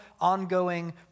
ongoing